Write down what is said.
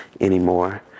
anymore